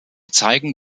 zeigen